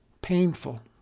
Painful